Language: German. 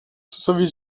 sowie